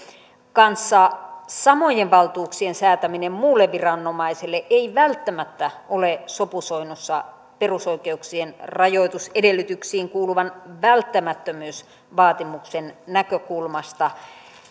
kanssa samojen valtuuksien säätäminen muulle viranomaiselle ei välttämättä ole sopusoinnussa perusoikeuksien rajoitusedellytyksiin kuuluvan välttämättömyysvaatimuksen näkökulmasta